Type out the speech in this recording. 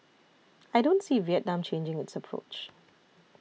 I don't see Vietnam changing its approach